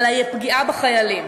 על הפגיעה בחיילים.